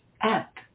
app